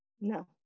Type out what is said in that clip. No